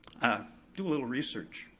do a little research.